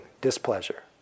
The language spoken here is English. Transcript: displeasure